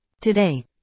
Today